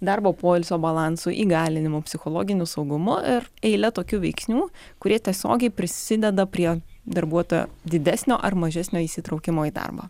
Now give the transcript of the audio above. darbo poilsio balansu įgalinimu psichologiniu saugumu ir eile tokių veiksnių kurie tiesiogiai prisideda prie darbuotojo didesnio ar mažesnio įsitraukimo į darbą